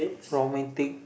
romantic